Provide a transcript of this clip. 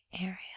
area